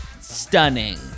stunning